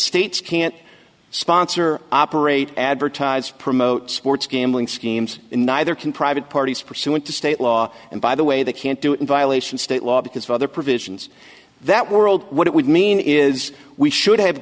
states can't sponsor operate advertise promote sports gambling schemes and neither can private parties pursuant to state law and by the way they can't do it in violation state law because of other provisions that world what it would mean is we should have